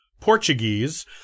Portuguese